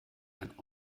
ein